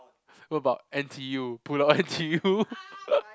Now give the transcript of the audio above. what about N_T_U Pulau N_T_U